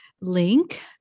link